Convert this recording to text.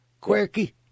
Quirky